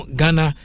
Ghana